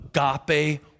Agape